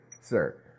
sir